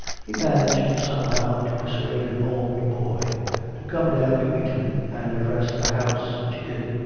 he managed somehow to persuade an old boy to come down to eton and address the house, which he did,